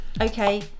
Okay